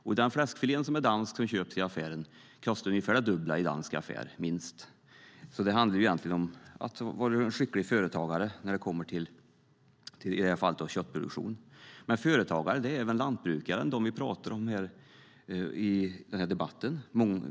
Den danska fläskfilé som vi köper i affären kostar minst det dubbla i en dansk affär. Det handlar alltså om att vara en skicklig företagare. I det här fallet handlar det om köttproduktion, men företagare är även lantbrukare - dem vi talar om i den här debatten.